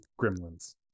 Gremlins